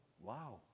wow